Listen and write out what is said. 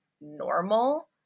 normal